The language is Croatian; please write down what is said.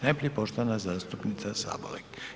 Najprije poštovana zastupnica Sabolek.